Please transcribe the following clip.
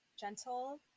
gentle